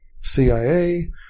CIA